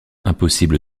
impossible